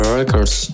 Records